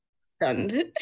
stunned